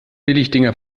billigdinger